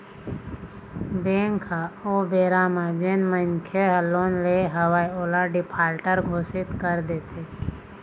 bank ह ओ बेरा म जेन मनखे ह लोन ले हवय ओला डिफाल्टर घोसित कर देथे